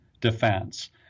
defense